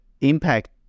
impact